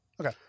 Okay